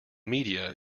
media